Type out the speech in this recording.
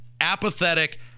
apathetic